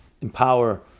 empower